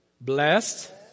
Blessed